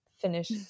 Finish